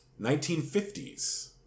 1950s